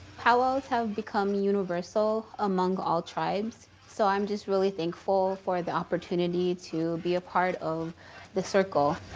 pow wows have become universal among all tribes, so i'm just really thankful for the opportunity to be a part of the circle.